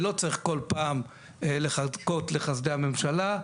ולא צריך כל פעם לחכות לחסדי הממשלה,